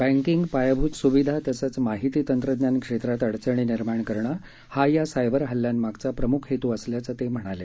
बक्रिंग पायाभूत सुविधा तसेच माहिती तंत्रज्ञान क्षेत्रात अडचणी निर्माण करणं हा या सायबर हल्ल्यांमागचा प्रमुख हेतु असल्याचं ते म्हणाले